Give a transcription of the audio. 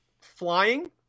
flying